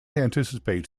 anticipate